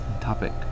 Topic